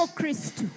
Christ